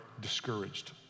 discouraged